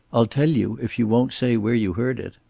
i'll tell you, if you won't say where you heard it.